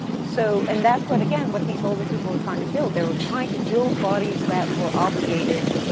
so, and that's what again, what these older people were trying to build. they were trying to build bodies that were obligated,